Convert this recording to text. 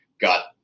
got